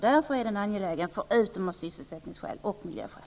Därför är det angeläget, förutom av sysselsättningsskäl och miljöskäl.